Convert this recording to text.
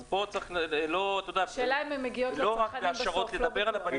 אז פה צריך -- השאלה אם הן מגיעות לצרכנים בסוף -- אגב,